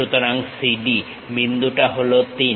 সুতরাং CD বিন্দুটা হল 3